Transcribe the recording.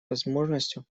возможностью